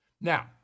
Now